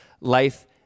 life